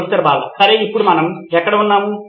professor Bala సరే ఇప్పుడు మనం ఎక్కడ ఉన్నాము